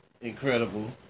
Incredible